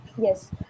Yes